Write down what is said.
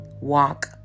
walk